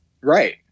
Right